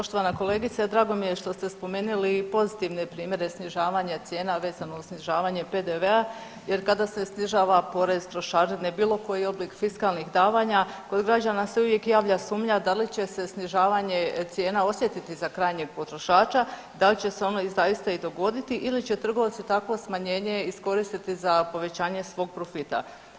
Poštovana kolegice drago mi je što ste spomenuli i pozitivne primjere snižavanja cijena vezano uz snižavanje PDV-a jer kada se snižava porez, trošarine bilo koji oblik fiskalnih davanja kod građana se uvijek javlja sumnja da li će se snižavanje cijena osjetiti za krajnjeg potrošača, da li će se ono zaista i dogoditi ili će trgovci takvo smanjenje iskoristiti za povećanje svog profita.